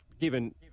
Given